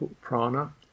prana